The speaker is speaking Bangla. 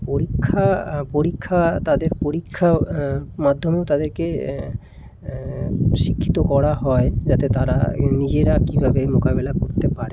পরীক্ষা পরীক্ষা তাদের পরীক্ষা মাধ্যমেও তাদেরকে শিক্ষিত করা হয় যাতে তারা এ নিজেরা কীভাবে মোকাবিলা করতে পারে